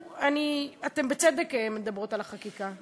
בצדק מדברות על החקיקה.